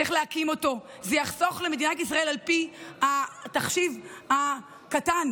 צריך להקים אותו, על פי התחשיב הקטן,